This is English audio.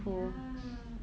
ya